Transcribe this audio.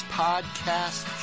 podcast